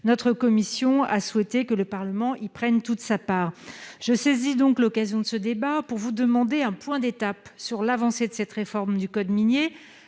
notre commission a souhaité que le Parlement, il prenne toute sa part je saisis donc l'occasion de ce débat pour vous demander un point d'étape sur l'avancée de cette réforme du code minier,